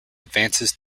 advances